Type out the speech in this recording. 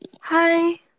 Hi